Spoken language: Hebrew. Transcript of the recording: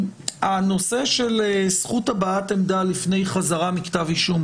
הנושא של זכות הבעת עמדה לפני חזרה מכתב אישום